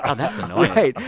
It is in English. ah that's annoying.